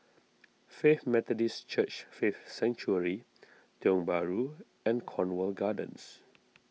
Faith Methodist Church Faith Sanctuary Tiong Bahru and Cornwall Gardens